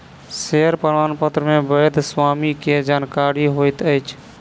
share प्रमाणपत्र मे वैध स्वामी के जानकारी होइत अछि